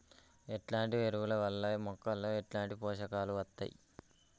ఎట్లాంటి ఎరువుల వల్ల మొక్కలలో ఎట్లాంటి పోషకాలు వత్తయ్?